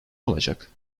olacak